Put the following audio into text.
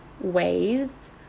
ways